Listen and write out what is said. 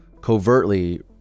covertly